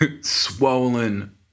swollen